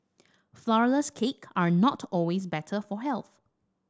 flourless cakes are not always better for health